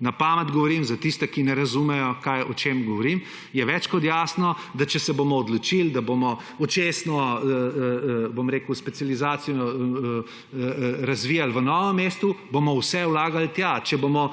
Na pamet govorim, za tiste, ki ne razumejo, o čem govorim, je več kot jasno, da če se bomo odločili, da bomo očesno specializacijo razvijali v Novem mestu, bomo vse vlagali tja, če bomo